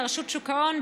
לרשות שוק ההון,